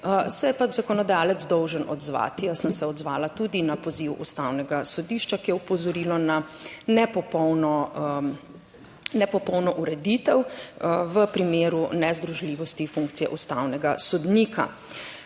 se je pač zakonodajalec dolžan odzvati. Jaz sem se odzvala tudi na poziv Ustavnega sodišča, ki je opozorilo na nepopolno, nepopolno ureditev v primeru nezdružljivosti funkcije ustavnega sodnika.